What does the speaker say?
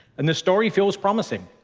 and this story feels promising.